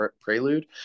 prelude